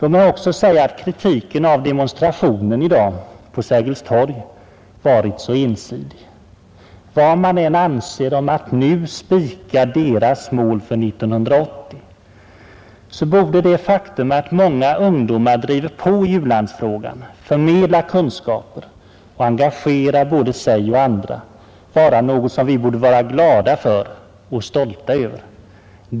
Låt mig också säga att kritiken av demonstrationen i dag på Sergels torg varit så ensidig. Vad man än anser om att nu spika demonstranternas mål för 1980, borde det faktum att många ungdomar driver på i u-landsfrågan, förmedlar kunskaper och engagerar både sig och andra, vara något som vi borde vara glada för och stolta över.